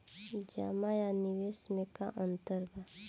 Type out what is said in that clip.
जमा आ निवेश में का अंतर ह?